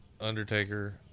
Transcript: Undertaker